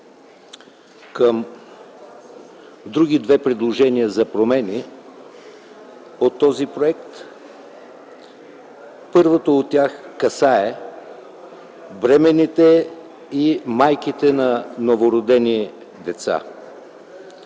към други две предложения за промени по този проект. Първото от тях касае бременните и майките на новородени деца.